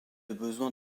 besoin